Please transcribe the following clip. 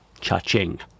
cha-ching